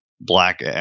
black